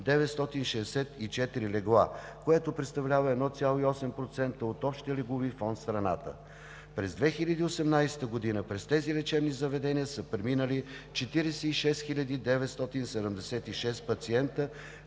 964 легла, което представлява 1,8% от общия леглови фонд в страната. През 2018 г. през тези лечени заведения са преминали 46 хиляди 976 пациенти,